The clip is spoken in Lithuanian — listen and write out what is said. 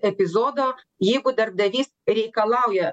epizodo jeigu darbdavys reikalauja